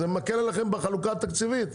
זה מקל עליכם בחלוקה התקציבית?